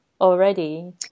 already